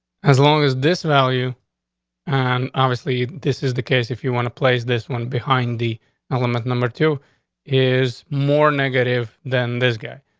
as long as this value on and obviously, this is the case. if you want to place this one behind the element number two is more negative than this guy.